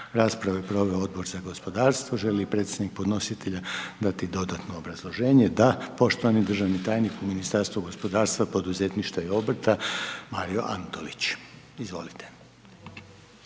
Raspravu je proveo Odbor za gospodarstvo. Želi li predstavnik podnositelja dati dodatno obrazloženje? Da. Poštovani državni tajnik u Ministarstvu gospodarstva, poduzetništva i obrta, Mario Antolić, izvolite.